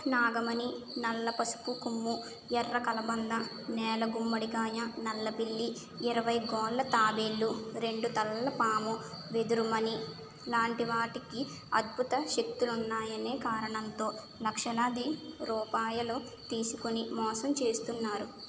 నాగమణి నల్ల పసుపు కొమ్ము ఎర్ర కలబంద నేల గుమ్మడికాయ నల్ల పిల్లి ఇరవై గోళ్ళ తాబేలు రెండు తలల పాము వెదురు మనీ లాంటి వాటికి అద్భుత శక్తులు ఉన్నాయని కారణంతో లక్షలాది రూపాయలు తీసుకొని మోసం చేస్తున్నారు